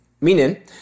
Meaning